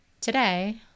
Today